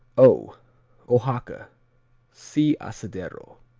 o oaxaca see asadero.